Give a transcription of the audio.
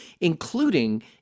including